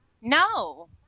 No